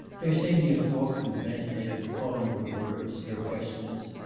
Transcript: bersenyev walked with bent head, recalling her words, her questions.